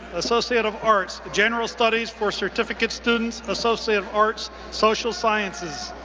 associate of arts, general studies for certificate students, associate of arts, social sciences.